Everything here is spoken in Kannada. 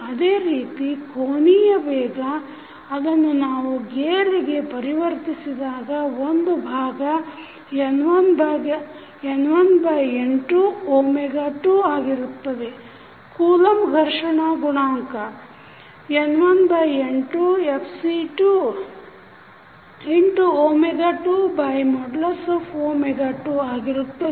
ಅದೇ ರೀತಿ ಕೋನೀಯ ವೇಗ ಅದನ್ನ ನಾವು ಗೇರಿಗೆ ಪರಿವರ್ತಿಸಿದಾಗ ಒಂದು ಭಾಗ N1N22 ಆಗಿರುತ್ತದೆ ಕೂಲಂಬ್ ಘರ್ಷಣಾ ಗುಣಾಂಕ N1N2Fc222 ಆಗಿರುತ್ತದೆ